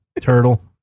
turtle